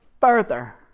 further